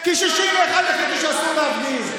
כי 61 החליטו שאסור להפגין.